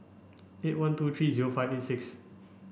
eight one two three zero five eight six